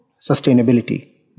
sustainability